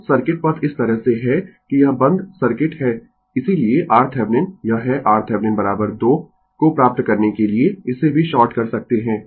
तो सर्किट पथ इस तरह से है कि यह बंद सर्किट है इसीलिए RThevenin यह है RThevenin 2 को प्राप्त करने के लिए इसे भी शॉर्ट कर सकते है